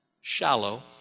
shallow